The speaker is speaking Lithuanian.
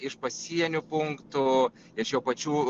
iš pasienių punktų iš jau pačių